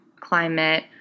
climate